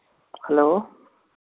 hello